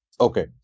Okay